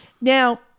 Now